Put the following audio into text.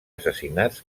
assassinats